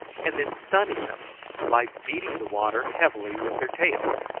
and then stunning them by beating the water heavily with their tails,